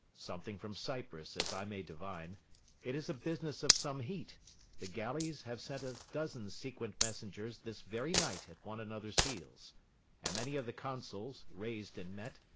something from cyprus, as i may divine it is a business of some heat the galleys have sent a dozen sequent messengers this very night at one another's heels and many of the consuls, rais'd and met,